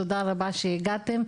תודה רבה שהגעתם.